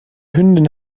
hündin